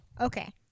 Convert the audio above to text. Okay